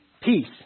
Peace